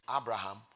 Abraham